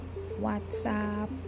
whatsapp